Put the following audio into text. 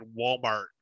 Walmart